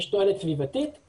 יש תועלת סביבתית,